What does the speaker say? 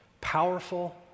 powerful